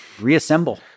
reassemble